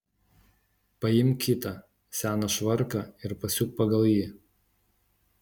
paimk kitą seną švarką ir pasiūk pagal jį